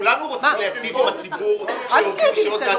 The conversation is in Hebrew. כולנו רוצים להיטיב עם הציבור כשהודיעו שיש עוד מעט בחירות.